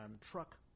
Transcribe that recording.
truck